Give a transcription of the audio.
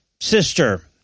sister